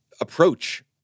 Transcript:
approach